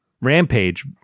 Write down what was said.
Rampage